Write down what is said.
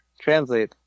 translate